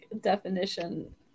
definition